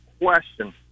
question